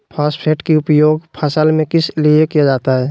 Phosphate की उपयोग फसल में किस लिए किया जाता है?